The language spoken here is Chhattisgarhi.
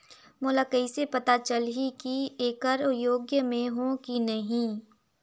मोला कइसे पता चलही की येकर योग्य मैं हों की नहीं?